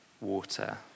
water